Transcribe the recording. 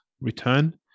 return